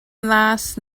last